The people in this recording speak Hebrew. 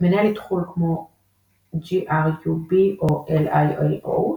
מנהל אתחול כמו LILO או GRUB,